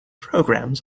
programs